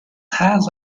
has